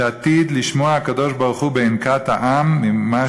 שעתיד לשמוע הקדוש-ברוך-הוא באנקת העם ממה